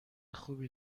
خوبی